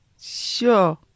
sure